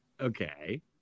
okay